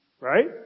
Right